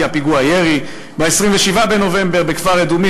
בצומת תפוח,